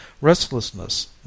Restlessness